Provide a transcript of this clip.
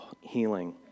healing